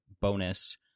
bonus